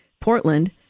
Portland